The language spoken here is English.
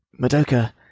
Madoka